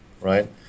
right